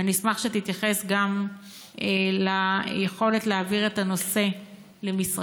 ואני אשמח שתתייחס גם ליכולת להעביר את הנושא למשרדך,